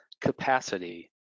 capacity